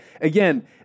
again